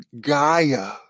Gaia